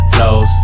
Flows